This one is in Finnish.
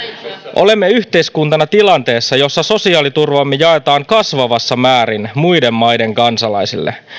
olemme yhteiskuntana tilanteessa jossa sosiaaliturvaamme jaetaan kasvavassa määrin muiden maiden kansalaisille